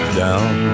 down